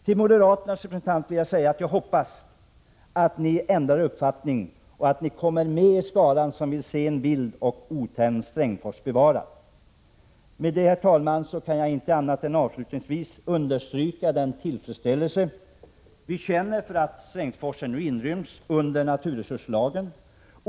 Till moderaternas representant vill jag säga att jag hoppas att ni ändrar uppfattning och att ni kommer med i skaran som vill se en vild och otämjd Strängsforsen bevarad. Med det, herr talman, kan jag avslutningsvis inte annat än understryka den tillfredsställelse som vi känner för att Strängsforsen nu inryms inom naturresurslagen.